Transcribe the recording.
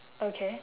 okay